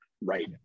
right